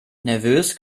nervös